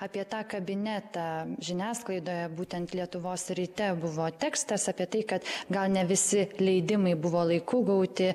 apie tą kabinetą žiniasklaidoje būtent lietuvos ryte buvo tekstas apie tai kad gal ne visi leidimai buvo laiku gauti